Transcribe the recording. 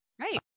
right